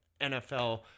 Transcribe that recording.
NFL